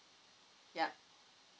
yup